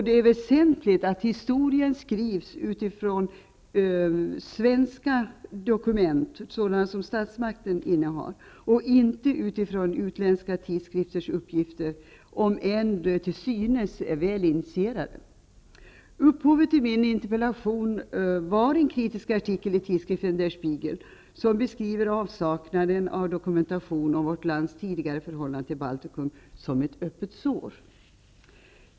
Det är väsentligt att historien skrivs med utgångspunkt i svenska dokument som statsmakten innehar och inte med utgångspunkt i uppgifter i utländska tidskrifter, även om dessa till synes är väl initierade. Upphovet till min interpellation var en kritisk artikel i tidskriften Der Spiegel, som beskriver avsaknaden av dokumentation om vårt lands tidigare förhållande till Baltikum som ett öppet sår.